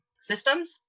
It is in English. systems